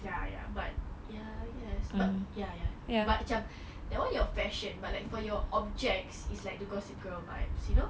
ya ya but yes but ya ya but macam that one your fashion but like for your objects it's like the gossip gril vibes you know